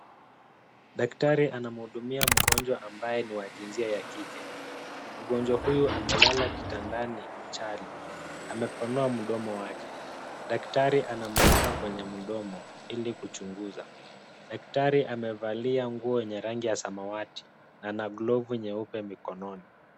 Daktari anamhudumia mgonjwa ambaye ni wa jinsia ya kike. Mgonjwa huyu amelala kitandani chali. Amepanua mdomo wake. Daktari anamulika kwenye mdomo ili kuchunguza. Daktari amevalia nguo yenye rangi ya samawati na ana glovu nyeupe mikononi.